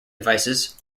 devices